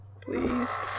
please